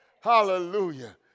Hallelujah